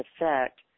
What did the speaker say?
effect